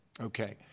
Okay